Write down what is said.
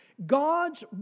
God's